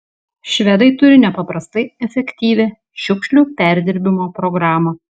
švedai turi nepaprastai efektyvią šiukšlių perdirbimo programą